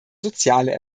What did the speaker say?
soziale